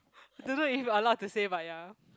don't know if allowed to say but ya